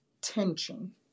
tension